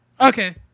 Okay